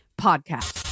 Podcast